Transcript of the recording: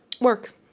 Work